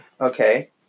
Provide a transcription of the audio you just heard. Okay